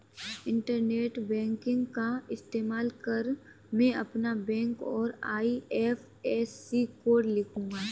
internet banking का इस्तेमाल कर मैं अपना बैंक और आई.एफ.एस.सी कोड लिखूंगा